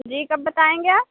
جی کب بتائیں گے آپ